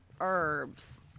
Herbs